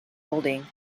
folding